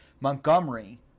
Montgomery